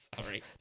Sorry